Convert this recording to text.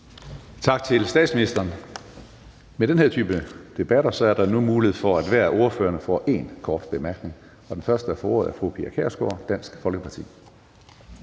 Tak til statsministeren. Med den her type debatter er der nu mulighed for, at hver af ordførerne får én kort bemærkning, og den første, der får ordet, er fru Pia Kjærsgaard, Dansk Folkeparti.